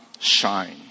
shine